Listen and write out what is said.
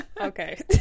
Okay